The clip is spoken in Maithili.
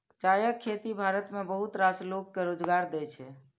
चायक खेती भारत मे बहुत रास लोक कें रोजगार दै छै